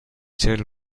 sell